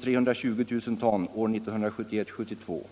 320 000 ton år 1971/72.